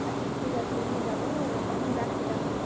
আচ্ছা ঠিক আছে এমনি যাবো এখন রাখছি তাহলে